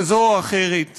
כזאת או אחרת,